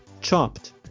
chopped